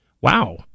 wow